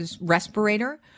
respirator